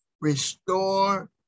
Restore